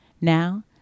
Now